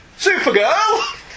Supergirl